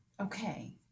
okay